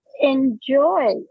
enjoy